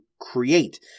create